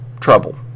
trouble